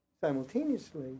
simultaneously